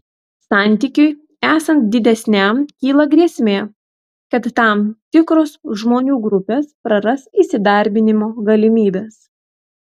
santykiui esant didesniam kyla grėsmė kad tam tikros žmonių grupės praras įsidarbinimo galimybes